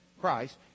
Christ